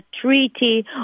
treaty